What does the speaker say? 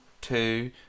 two